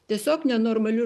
tiesiog nenormali